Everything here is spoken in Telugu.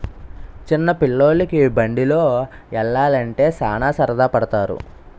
చిన్న పిల్లోలికి బండిలో యల్లాలంటే సాన సరదా పడతారు